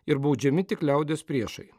ir baudžiami tik liaudies priešai